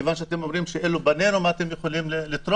מכיוון שאתם אומרים שאין לה --- מה אתם יכולים לתרום?